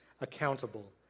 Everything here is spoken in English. accountable